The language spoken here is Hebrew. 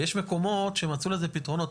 ויש מקומות שמצאו לזה פתרונות,